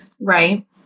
right